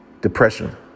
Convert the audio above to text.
depression